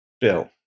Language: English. Bill